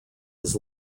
his